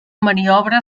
maniobra